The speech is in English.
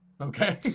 Okay